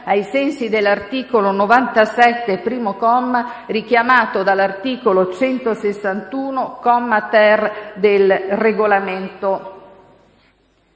ai sensi dell'articolo 97, primo comma, richiamato dall'articolo 161, comma 3, del Regolamento.